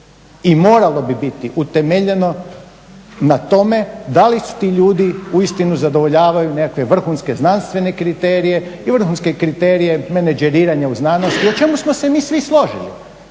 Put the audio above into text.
i moralo bi biti utemeljeno na tome da li ti ljudi uistinu zadovoljavaju nekakve vrhunske znanstvene kriterije i vrhunske kriterije menadžeriranja u znanosti i o čemu smo se mi svi složili